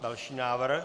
Další návrh?